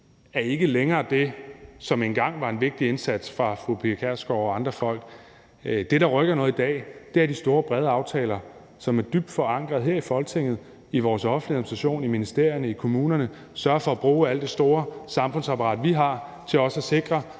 er ikke længere det, som engang var en vigtig indsats af fru Pia Kjærsgaard og andre folk. Det, der rykker noget i dag, er de store, brede aftaler, som er dybt forankrede her i Folketinget, i vores offentlige administration, i ministerierne, i kommunerne. Det er at sørge for at bruge hele det store samfundsapparat, vi har, til også at sikre,